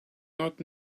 not